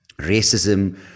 racism